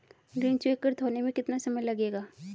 ऋण स्वीकृत होने में कितना समय लगेगा?